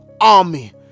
army